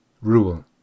Rule